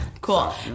Cool